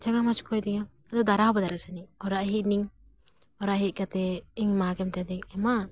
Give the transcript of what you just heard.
ᱡᱟᱸᱜᱟ ᱢᱚᱡᱠᱟᱣ ᱮᱱ ᱛᱤᱧᱟᱹ ᱟᱫᱚ ᱫᱟᱨᱟ ᱦᱚᱸ ᱵᱟᱝ ᱫᱟᱨᱟ ᱥᱟᱱᱟᱹᱧᱟ ᱚᱲᱟᱜ ᱦᱮᱡ ᱮᱱᱟᱹᱧ ᱚᱲᱟᱜ ᱦᱮᱡ ᱠᱟᱛᱮ ᱤᱧ ᱢᱟ ᱜᱮ ᱢᱮᱛᱟ ᱫᱤᱭᱟᱹᱧ ᱮ ᱢᱟ